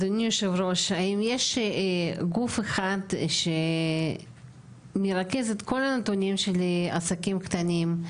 אדוני היו"ר: האם יש גוף אחד שמרכז את כל הנתונים של עסקים קטנים?